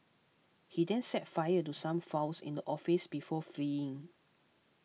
he then set fire to some files in the office before fleeing